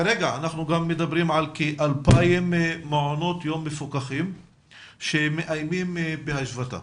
כרגע אנחנו גם מדברים על כ-2,000 מעונות יום מפוקחים שמאיימים בהשבתה